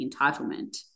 entitlement